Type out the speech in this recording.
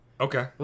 Okay